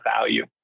value